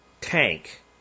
tank